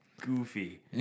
goofy